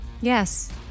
Yes